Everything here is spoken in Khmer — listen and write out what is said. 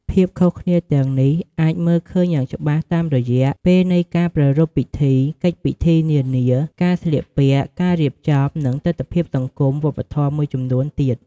ភាពខុសគ្នាទាំងនេះអាចមើលឃើញយ៉ាងច្បាស់តាមរយៈពេលនៃការប្រារព្ធពិធី កិច្ចពិធីនានា ការស្លៀកពាក់ ការរៀបចំ និងទិដ្ឋភាពសង្គម វប្បធម៌មួយចំនួនទៀត។